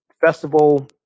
Festival